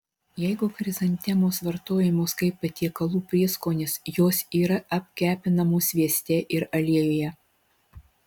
jeigu chrizantemos vartojamos kaip patiekalų prieskonis jos yra apkepinamos svieste ir aliejuje